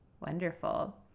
Wonderful